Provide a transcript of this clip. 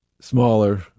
Smaller